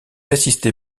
assisté